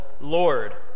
Lord